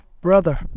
brother